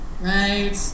right